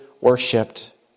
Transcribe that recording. worshipped